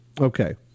okay